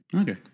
Okay